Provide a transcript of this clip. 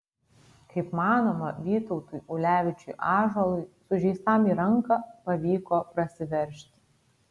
kaip manoma vytautui ulevičiui ąžuolui sužeistam į ranką pavyko prasiveržti